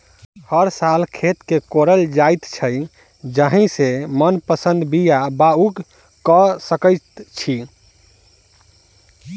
हर सॅ खेत के कोड़ल जाइत छै जाहि सॅ मनपसंद बीया बाउग क सकैत छी